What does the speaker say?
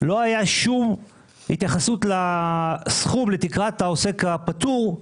הייתה שום התייחסות לסכום תקרת העוסק הפטור,